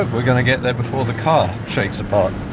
are going to get there before the car shakes apart.